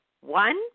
one